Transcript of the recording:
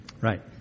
Right